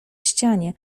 ścianie